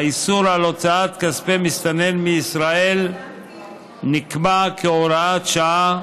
איסור הוצאת כספי מסתנן מישראל נקבע כהוראת שעה,